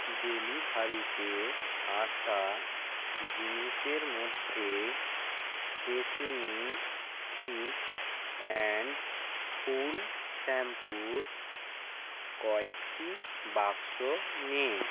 ডেলিভারিতে আসা জিনিসের মধ্যে ট্রেসামে থিক অ্যান্ড ফুল শ্যাম্পুর কয়েকটি বাক্স নেই